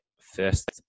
first